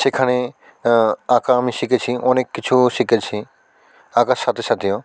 সেখানে আঁকা আমি শিখেছি অনেক কিছু শিখেছি আঁকার সাথে সাথেও